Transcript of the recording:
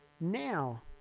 now